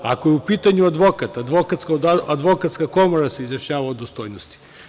Ako je u pitanju advokat, Advokatska komora se izjašnjava o dostojnosti.